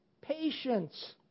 patience